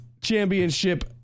Championship